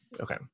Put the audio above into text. Okay